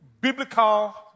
Biblical